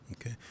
okay